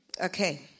Okay